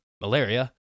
malaria